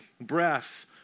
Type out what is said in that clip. breath